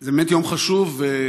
זה באמת יום חשוב בכנסת.